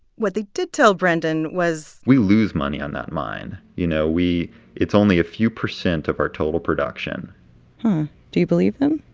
what they did tell brendan was. we lose money on that mine. you know, we it's only a few percent of our total production do you believe them?